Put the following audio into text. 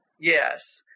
Yes